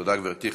תודה רבה, גברתי.